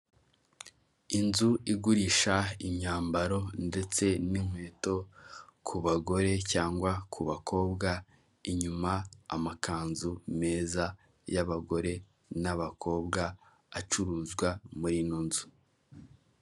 Inzu igurisha imyambaro ndetse n'inkweto ku bagore cyangwa ku bakobwa inyuma amakanzu meza y'abagore n'abakobwa acuruzwa muri ino nzu.